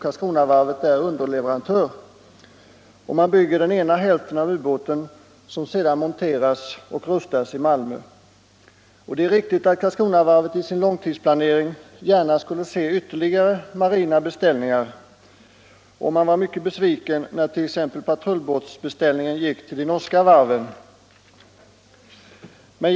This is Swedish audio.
Karlskronavarvet är underleverantör, varvid man där bygger den ena hälften av ubåten, som sedan monteras och utrustas i Malmö. Det är riktigt att Karlskronavarvet i sin långtidsplanering gärna skulle se ytterligare marina beställningar, och man var mycket besviken när t.ex. patrullbåtsbeställningen gick till de norska varven.